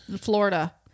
Florida